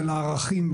לערכים,